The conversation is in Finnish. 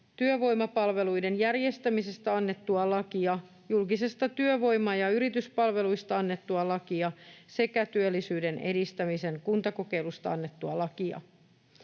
työvoimapalveluiden järjestämisestä annettua lakia, julkisista työvoima- ja yrityspalveluista annettua lakia sekä työllisyyden edistämisen kuntakokeilusta annettua lakia.